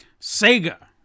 Sega